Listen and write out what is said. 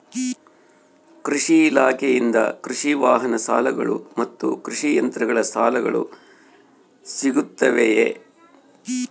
ಕೃಷಿ ಇಲಾಖೆಯಿಂದ ಕೃಷಿ ವಾಹನ ಸಾಲಗಳು ಮತ್ತು ಕೃಷಿ ಯಂತ್ರಗಳ ಸಾಲಗಳು ಸಿಗುತ್ತವೆಯೆ?